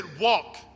walk